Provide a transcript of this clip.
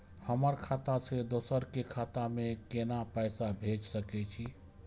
हमर खाता से दोसर के खाता में केना पैसा भेज सके छे?